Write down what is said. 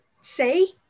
See